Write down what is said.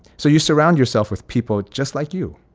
so you surround yourself with people just like you.